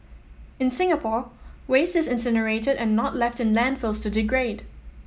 in Singapore waste is incinerated and not left in landfills to degrade